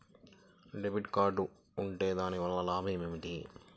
Debit card ఉంటే దాని వలన లాభం ఏమిటీ?